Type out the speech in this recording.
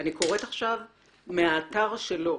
אני קוראת עכשיו מהאתר שלו,